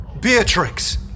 Beatrix